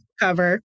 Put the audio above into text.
cover